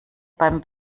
beim